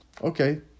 Okay